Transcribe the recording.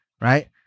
right